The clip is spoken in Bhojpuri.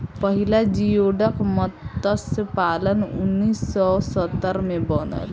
पहिला जियोडक मतस्य पालन उन्नीस सौ सत्तर में बनल